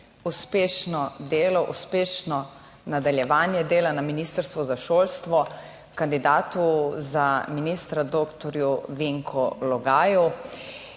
uspešno delo, uspešno nadaljevanje dela na Ministrstvu za šolstvo kandidatu za ministra doktorju Vinku Logaju